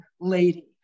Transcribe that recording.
lady